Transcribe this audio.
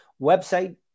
Website